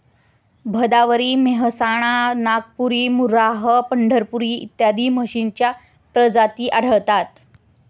भदावरी, मेहसाणा, नागपुरी, मुर्राह, पंढरपुरी इत्यादी म्हशींच्या प्रजाती आढळतात